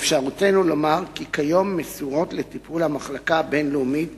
באפשרותנו לומר כי כיום מסורות לטיפול המחלקה הבין-לאומית